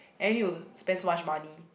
and then you spend so much money